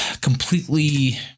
completely